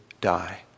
die